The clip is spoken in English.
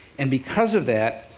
and because of that,